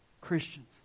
Christians